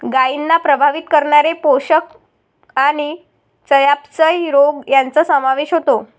गायींना प्रभावित करणारे पोषण आणि चयापचय रोग यांचा समावेश होतो